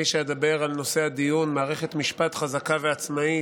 שאדבר על נושא הדיון, מערכת משפט חזקה ועצמאית,